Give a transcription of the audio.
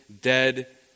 dead